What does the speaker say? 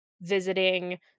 visiting